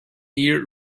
year